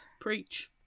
Preach